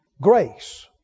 Grace